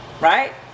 right